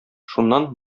шуннан